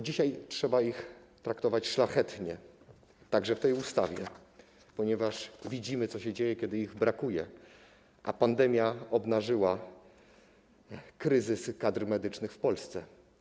Dzisiaj trzeba ich traktować szlachetnie, także w tej ustawie, ponieważ widzimy, co się dzieje, kiedy ich brakuje, a pandemia obnażyła kryzys kadry medycznej w Polsce.